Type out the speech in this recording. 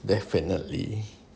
definitely